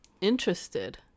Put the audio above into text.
interested